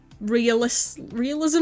realism